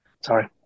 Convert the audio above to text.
Sorry